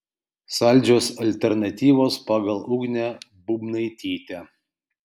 saldžios alternatyvos pagal ugnę būbnaitytę